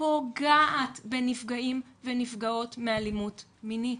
פוגעת בנפגעים ונפגעות מאלימות מינית.